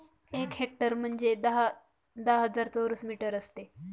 एक हेक्टर म्हणजे दहा हजार चौरस मीटर असते